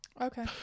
Okay